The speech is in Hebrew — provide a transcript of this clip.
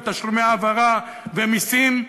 תשלומי העברה ומסים,